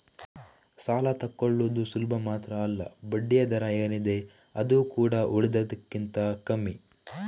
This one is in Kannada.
ಸಾಲ ತಕ್ಕೊಳ್ಳುದು ಸುಲಭ ಮಾತ್ರ ಅಲ್ಲ ಬಡ್ಡಿಯ ದರ ಏನಿದೆ ಅದು ಕೂಡಾ ಉಳಿದದಕ್ಕಿಂತ ಕಮ್ಮಿ